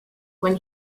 when